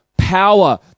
Power